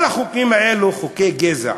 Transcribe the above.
כל החוקים האלה, חוקי גזע.